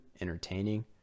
entertaining